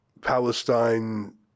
Palestine